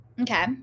Okay